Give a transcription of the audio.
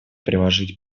приложить